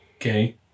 okay